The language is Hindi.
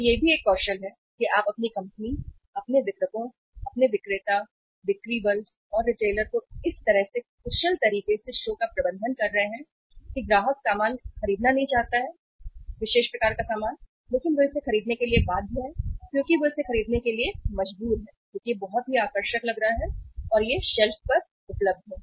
तो यह भी एक कौशल है कि आप अपनी कंपनी अपने वितरकों अपने विक्रेता बिक्री बल और रिटेलर को इस तरह से कुशल तरीके से शो का प्रबंधन कर रहे हैं कि ग्राहक सामान खरीदना नहीं चाहता है विशेष प्रकार का सामान लेकिन वे इसे खरीदने के लिए बाध्य हैं क्योंकि वे इसे खरीदने के लिए मजबूर हैं क्योंकि यह बहुत आकर्षक लग रहा है क्योंकि यह शेल्फ पर उपलब्ध है